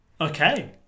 Okay